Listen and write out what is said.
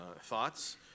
thoughts